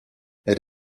elle